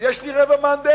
יש לי רבע מהנדס,